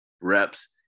reps